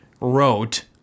wrote